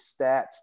stats